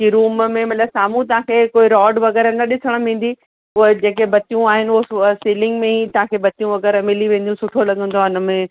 जीअं रूम में मतिलबु साम्हूं तव्हांखे कोई रॉड वग़ैरह न ॾिसण में ईंदी उहे जेके बतियूं आहिनि उहा सीलिंग में ई तव्हांखे बतियूं वग़ैरह मिली वेंदियूं सुठो लॻंदो आ्हे उन में